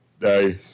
Nice